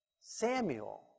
Samuel